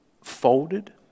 folded